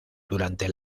durante